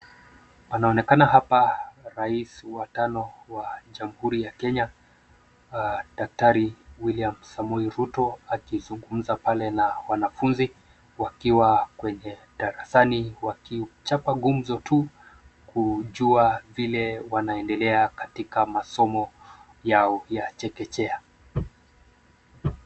Panaonekana hapa rais wa tano wa jamhuri ya Kenya daktari William Samoei Ruto akizungumza pale na wanafunzi wakiwa kwenye darasani wakichapa gumzo tu kujua vile wanaendelea katika masomo yao ya chekechea.